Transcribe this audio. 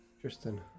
tristan